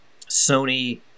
Sony